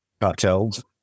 cartels